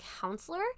counselor